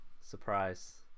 Surprise